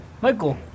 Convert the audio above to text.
Michael